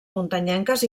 muntanyenques